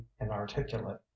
inarticulate